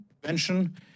prevention